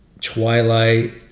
Twilight